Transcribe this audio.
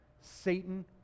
Satan